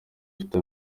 bifite